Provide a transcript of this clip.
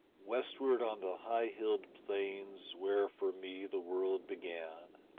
westward on the high-hilled plains where for me the world began,